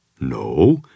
No